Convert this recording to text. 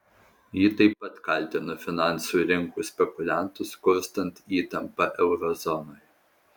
ji taip pat kaltino finansų rinkų spekuliantus kurstant įtampą euro zonoje